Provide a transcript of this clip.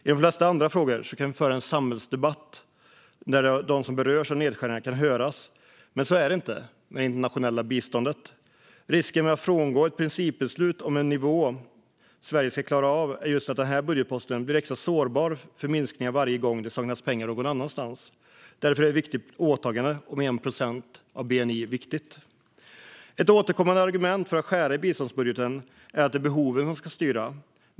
I de flesta andra frågor kan vi föra en samhällsdebatt där de som berörs av nedskärningar kan höras, men så är det inte med det internationella biståndet. Risken med att frångå ett principbeslut om en nivå som Sverige ska klara av är att just den här budgetposten blir extra sårbar för minskningar varje gång det saknas pengar någon annanstans. Därför är ett åtagande om 1 procent av bni viktigt. Ett återkommande argument för att skära i biståndsbudgeten är att det är behoven som ska styra.